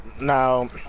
now